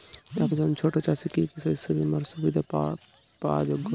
একজন ছোট চাষি কি কি শস্য বিমার সুবিধা পাওয়ার যোগ্য?